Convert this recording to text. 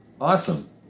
Awesome